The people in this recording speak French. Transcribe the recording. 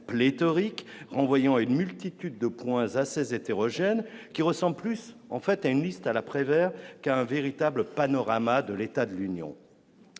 pléthorique, renvoyant à une multitude de points assez hétérogène qui ressemblent plus en fait à une liste à la Prévert qu'un véritable panorama de l'état de l'Union,